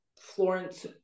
Florence